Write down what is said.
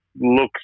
looks